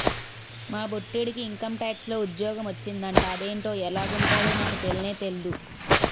మా బొట్టిడికి ఇంకంటాక్స్ లో ఉజ్జోగ మొచ్చిందట అదేటో ఎలగుంటదో నాకు తెల్నే తెల్దు